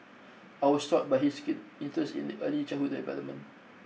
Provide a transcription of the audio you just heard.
I was struck by his keen interest in the early childhood development